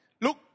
Look